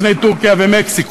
לפני טורקיה ומקסיקו.